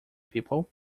people